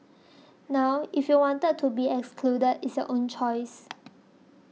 now if you want to be excluded it's your own choice